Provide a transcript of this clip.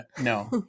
no